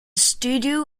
studio